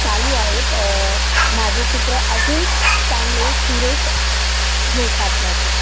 चालू आहेत माझे चित्र अजून चांगले सुरेख रेखाटण्याचे